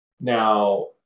Now